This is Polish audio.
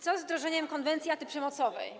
Co z wdrożeniem konwencji antyprzemocowej?